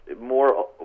more